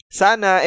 sana